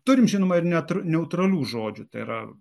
turim žinoma ir net ir neutralių žodžių tai yra